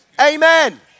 Amen